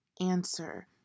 answer